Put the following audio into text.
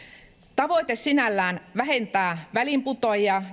tavoite sinällään vähentää väliinputoajia